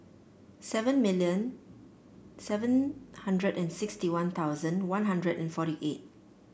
seven million seven hundred and sixty One Thousand One Hundred and forty eight